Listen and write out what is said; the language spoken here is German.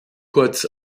kurz